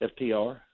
FTR